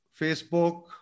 Facebook